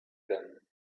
them